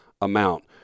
amount